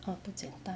uh 不简单